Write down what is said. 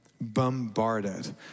bombarded